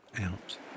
out